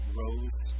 rose